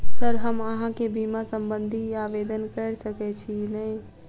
Sir हम अहाँ केँ बीमा संबधी आवेदन कैर सकै छी नै?